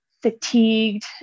Fatigued